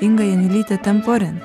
inga janiulytė temporin